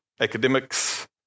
academics